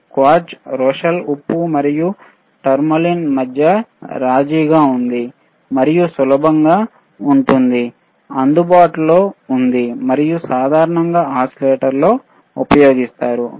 quartz Rochelle ఉప్పు మరియు tourmaline మధ్య రాజీగా ఉంది మరియు సులభంగా ఉంటుందిఅందుబాటులో ఉంది మరియు సాధారణంగా ఓసిలేటర్లలో ఉపయోగిస్తారు